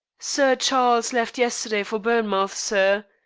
sir chawles left yesterday for bournemouth, sir.